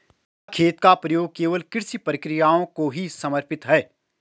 क्या खेत का प्रयोग केवल कृषि प्रक्रियाओं को ही समर्पित है?